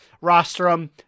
rostrum